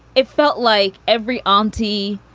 it felt like every auntie,